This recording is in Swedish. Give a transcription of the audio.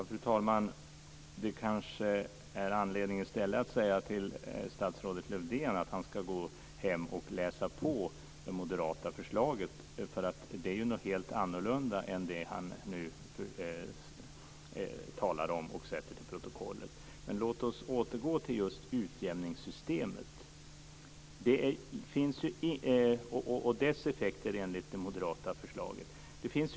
Fru talman! Det är kanske i stället anledning att säga till statsrådet Lövdén att han ska gå hem och läsa på det moderata förslaget, eftersom det är någonting helt annorlunda än det som han nu talar om och för till protokollet. Men låt oss återgå till just utjämningssystemet och dess effekter, enligt det moderata förslaget!